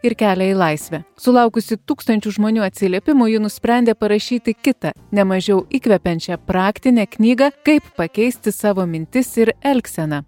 ir kelią į laisvę sulaukusi tūkstančių žmonių atsiliepimų ji nusprendė parašyti kitą ne mažiau įkvepiančią praktinę knygą kaip pakeisti savo mintis ir elgseną